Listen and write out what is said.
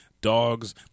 dogs